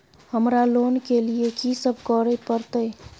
हमरा लोन के लिए की सब करे परतै?